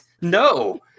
No